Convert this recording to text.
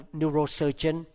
neurosurgeon